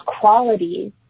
qualities